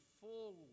full